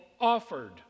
offered